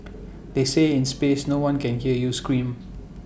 they say in space no one can hear you scream